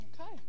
okay